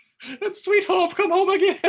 but sweet hope come home again.